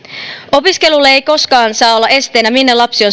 opiskelulle ei koskaan saa olla esteenä minne lapsi